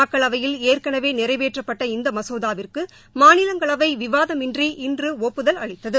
மக்களவையில் ஏற்கனவே நிறைவேற்றப்பட்ட இந்த மசோதாவிற்கு மாநிலங்களவை விவாதமின்றி இன்று ஒப்புதல் அளித்தது